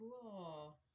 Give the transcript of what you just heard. cool